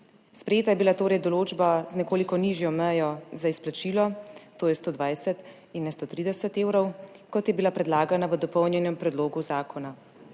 Sprejeta je bila torej določba z nekoliko nižjo mejo za izplačilo, to je 120 in ne 130 evrov, kot je bila predlagana v dopolnjenem predlogu zakona.